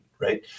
right